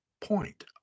point